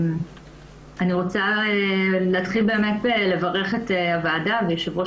אני רוצה להתחיל באמת ולברך את הוועדה ואת יושב-ראש